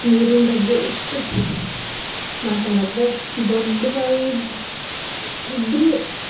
ನೀರಿನ ಬಗ್ಗೆ ಇಷ್ಟು ಮಾತಾಡೋದು ಬಾವಿ ಇದ್ದರೂ